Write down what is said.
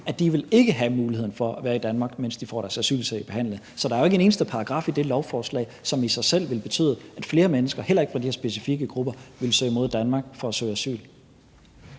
at de ikke vil have muligheden for at være i Danmark, mens de får deres asylsag behandlet. Så der er jo ikke en eneste paragraf i det lovforslag, som i sig selv ville betyde, at flere mennesker – heller ikke de her specifikke grupper – ville søge mod Danmark for at søge asyl.